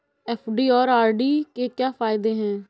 FD और RD के क्या फायदे हैं?